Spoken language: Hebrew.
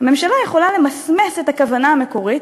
הממשלה יכולה למסמס את הכוונה המקורית,